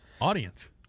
audience